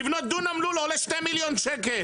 לבנות דונם לול עולה שני מיליון שקל.